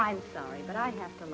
i'm sorry but i have